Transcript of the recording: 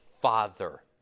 Father